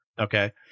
okay